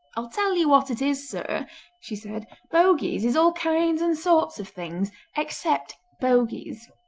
i'll tell you what it is, sir she said bogies is all kinds and sorts of things except bogies!